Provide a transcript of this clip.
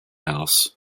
house